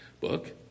book